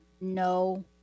No